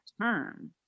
term